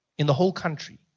in the whole country.